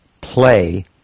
play